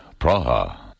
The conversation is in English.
Praha